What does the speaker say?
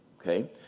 okay